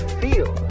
feel